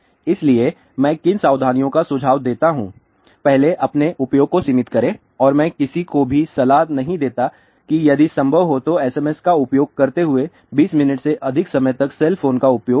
इसलिए मैं किन सावधानियों का सुझाव देता हूं पहले अपने उपयोग को सीमित करें और मैं किसी को भी सलाह नहीं देता कि यदि संभव हो तो SMS का उपयोग करते हुए 20 मिनट से अधिक समय तक सेल फोन का उपयोग करें